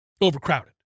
overcrowded